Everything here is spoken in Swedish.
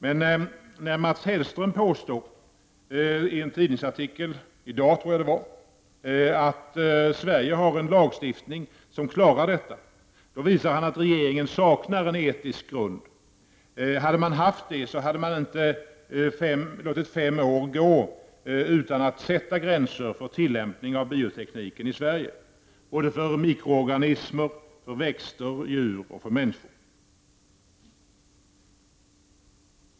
Men när Mats Hellström påstår, vilket han gör i en tidningsartikel i dag, att Sverige har en lagstiftning som klarar detta, visar han att regeringen saknar en etisk grund. Om man hade haft en sådan, skulle man inte ha låtit fem år gå utan att sätta gränser för tillämpningen av biotekniken i Sverige - på mikroorganismer, på växter, på djur och på människor.